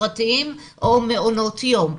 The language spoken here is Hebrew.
פרטיים או מעונות יום.